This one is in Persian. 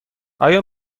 آیا